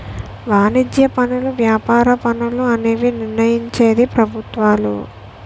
వాణిజ్య పనులు వ్యాపార పన్నులు అనేవి నిర్ణయించేది ప్రభుత్వాలు